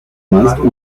meist